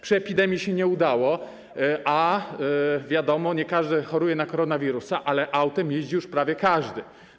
Przy epidemii się nie udało, bo wiadomo, że nie każdy choruje na koronawirusa, to autem jeździ już prawie każdy.